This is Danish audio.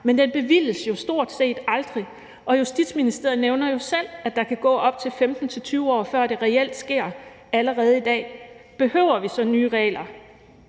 men det bevilges jo stort set aldrig, og Justitsministeriet nævner selv, at der kan gå op til 15-20 år, før det reelt sker, allerede i dag. Behøver vi så nye regler?